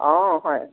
অঁ হয়